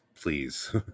please